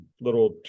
little